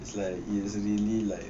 is like is really like